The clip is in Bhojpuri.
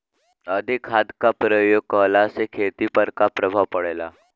अधिक खाद क प्रयोग कहला से खेती पर का प्रभाव पड़ेला?